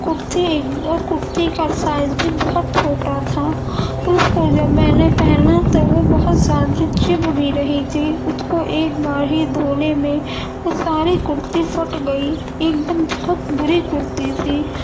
کرتی اور کرتی کا سائز بھی بہت چھوٹا تھا اس کو جب میں نے پہنا تو وہ بہت زیادہ چبھ بھی رہی تھی اس کو ایک بار ہی دھونے میں وہ ساری کرتی پھٹ گئی ایک دم بہت بری کرتی تھی